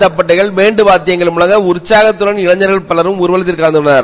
தப்பட்டைகள் band வாத்தியங்கள் முழங்க உற்சாகத்துடன் இளைஞர்கள் பலரும் ஊர்வலத்தில் கலந்துகொண்டனர்